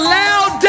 loud